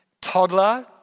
toddler